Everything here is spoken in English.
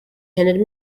handed